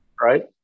Right